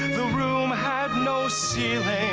room had no ceiling